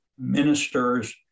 ministers